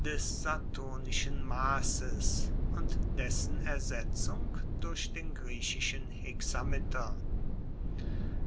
des saturnischen masses und dessen ersetzung durch den griechischen hexameter